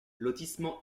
lotissement